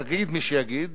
יגיד מי שיגיד,